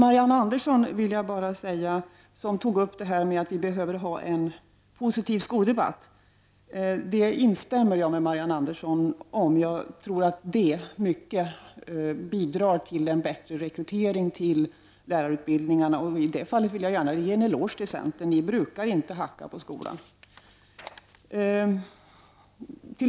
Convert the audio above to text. Marianne Andersson i Vårgårda framhöll att vi behöver ha en positiv skoldebatt. Det instämmer jag i. Jag tror att det i stor utsträckning bidrar till en bättre rekrytering till lärarutbildningarna. I detta sammanhang vill jag gärna ge en eloge till centern. Ni brukar inte hacka på skolan.